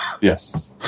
Yes